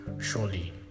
surely